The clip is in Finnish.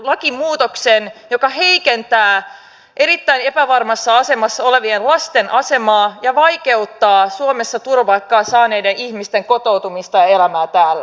lakimuutoksen joka heikentää erittäin epävarmassa asemassa olevien lasten asemaa ja vaikeuttaa suomessa turvapaikan saaneiden ihmisten kotoutumista ja elämää täällä